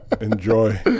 Enjoy